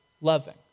loving